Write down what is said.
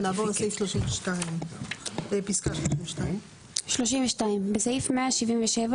ונעבור לסעיף 32. פסקה 32. (32) (33) בסעיף 177,